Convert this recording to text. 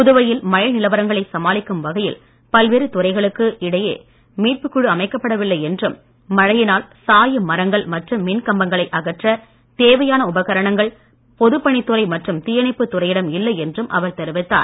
புதுவையில் மழை நிலவரங்களை சமாளிக்கும் வகையில் பல்வேறு துறைகளுக்கு இடையே மீட்புக் குழு அமைக்கப்படவில்லை என்றும் மழையினால் சாயும் மரங்கள் மற்றும் மின்கம்பங்களை அகற்றத் தேவையான உபகரணங்கள் பொதுப் பணித்துறை மற்றும் தீயணைப்பு துறையிடம் இல்லை என்றும் அவர் தெரிவித்தார்